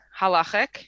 halachic